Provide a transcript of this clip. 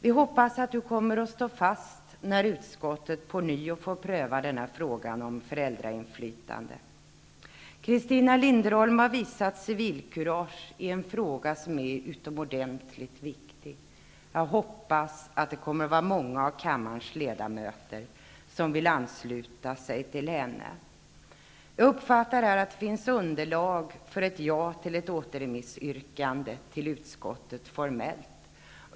Vi hoppas att du kommer att stå fast när utskottet på nytt får pröva frågan om föräldrainflytande. Christina Linderholm har visat civilkurage i en fråga som är utomordentligt viktig. Jag hoppas att många av kammarens ledamöter kommer att vilja ansluta sig till henne. Jag har uppfattningen att det finns underlag för ett ja till ett formellt återremissyrkande till utskottet.